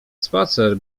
spacer